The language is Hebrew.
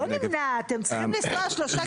היא לא נמנעת, הם צריכים לנסוע שלושה